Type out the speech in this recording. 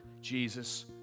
Jesus